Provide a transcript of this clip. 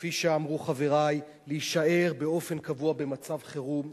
כפי שאמרו חברי, להישאר באופן קבוע במצב חירום.